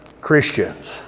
Christians